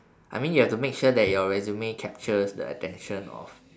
I mean you have to make sure your resume captures the attention of